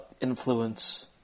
influence